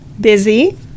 busy